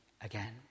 again